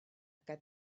que